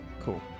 Cool